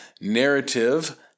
narrative